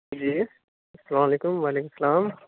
جی السلام علیکم وعلیکم السلام